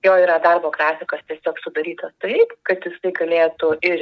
jo yra darbo grafikas tiesiog sudarytas taip kad jisai galėtų ir